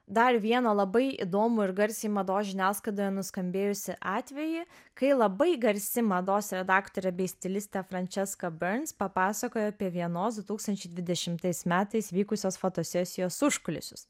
dar vieno labai įdomų ir garsiai mados žiniasklaidoje nuskambėjusį atvejį kai labai garsi mados redaktorė bei stilistė frančeska bens papasakojo apie vienos du tūkstančiai dvidešimtais metais vykusios fotosesijos užkulisius